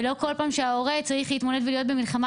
ולא כל פעם ההורה צריך להתמודד ולהיות במלחמה